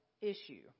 issue